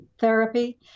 therapy